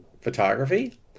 photography